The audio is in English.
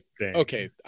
Okay